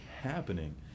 happening